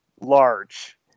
large